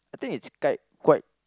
I think is quite quite